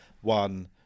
One